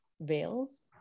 veils